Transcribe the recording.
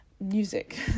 music